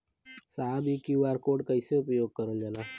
साहब इ QR code के कइसे उपयोग करल जाला?